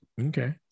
Okay